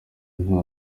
nta